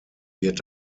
wird